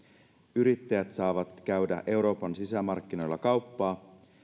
yrittäjät saavat käydä euroopan sisämarkkinoilla kauppaa